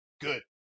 Good